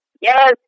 yes